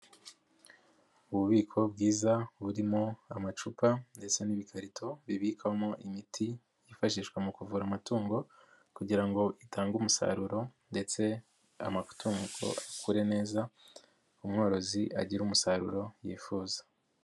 Ububiko bwiza burimo amacupa ndetse n'ibikarito bibikwamo imiti yifashishwa mu kuvura amatungo kugira ngo itange umusaruro ndetse amatungo akure neza umworozi agire umusaruro yifuza.